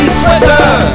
sweater